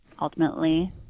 ultimately